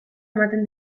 ematen